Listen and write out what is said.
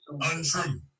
untrue